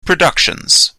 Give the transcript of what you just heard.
productions